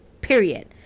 period